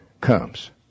comes